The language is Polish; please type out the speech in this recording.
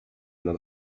nad